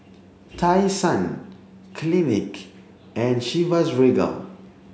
Tai Sun Clinique and Chivas Regal